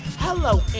Hello